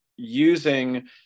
Using